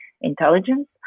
intelligence